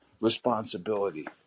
responsibility